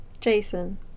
jason